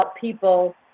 people